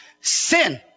sin